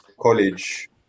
college